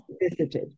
visited